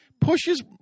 pushes